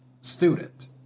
student